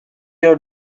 your